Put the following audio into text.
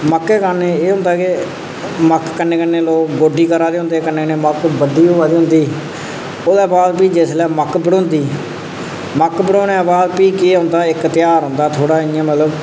मक्कें कन्नै एह् होंदा कि मक्क कन्नै कन्नै लोक गोड्डी करै दे होंदे कन्नै मक्क बड्डी होआ दी होंदी ओह्दे बाद भी जिसलै मक्क बढोंदी मक्क बढोने दे बाद भी केह् होंदा इक तेहार होंदा जेहड़ा मतलब कि